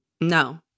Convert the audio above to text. No